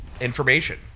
information